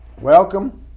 welcome